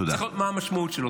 צריך לראות מה המשמעות שלו.